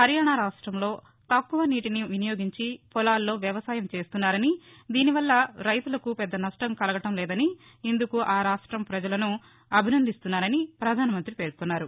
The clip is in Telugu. హర్యానా రాష్ట్రంలో తక్కువ నీటిని వినియోగించి పొలాల్లో వ్యవసాయం చేస్తున్నారని దీని వల్ల రైతులకు పెద్ద నష్టం కలగడం లేదని ఇందుకు ఆ రాష్ట ప్రజలను అభినందిస్తున్నాని ప్రధానమంత్రి పేర్కొన్నారు